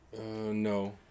No